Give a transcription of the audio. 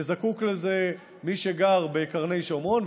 וזקוק לזה מי שגר בקרני שומרון,